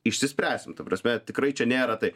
išsispręsim ta prasme tikrai čia nėra tai